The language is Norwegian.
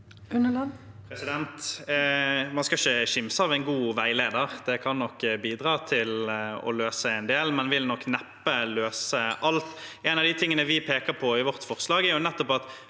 Unneland (SV) Man skal ikke kimse av en god veileder. Det kan nok bidra til å løse en del, men vil nok neppe løse alt. En av de tingene vi peker på i vårt forslag, er at